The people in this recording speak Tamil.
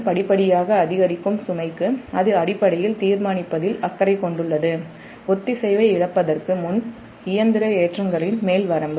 படிப்படியாக அதிகரிக்கும் சுமைக்கு அது அடிப்படையில் இயந்திரம் தீர்மானிப்பதில் அக்கறை கொண்டுள்ளது ஒத்திசைவை இழப்பதற்கு முன் இயந்திர ஏற்றங்களின் மேல் வரம்பு